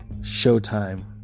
Showtime